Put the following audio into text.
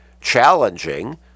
challenging